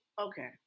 okay